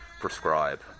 prescribe